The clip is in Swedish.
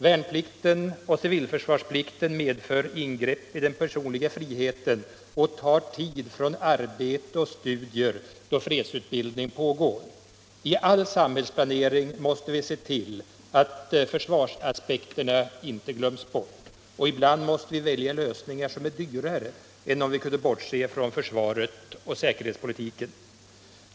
Värnplikten och civilförsvarsplikten medför ingrepp i den personliga friheten och tar tid från arbete eller studier då fredsutbildningen pågår. I all samhällsplanering måste vi se till att försvarsaspekterna inte glöms bort, och ibland måste vi välja lösningar som är dyrare än om vi kunde bortse från försvaret och säkerhetspolitiken.